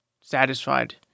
satisfied